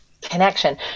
connection